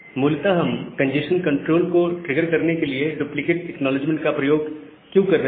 मूलतः हम congestion control को ट्रिगर करने के लिए डुप्लीकेट एक्नॉलेजमेंट का प्रयोग क्यों कर रहे हैं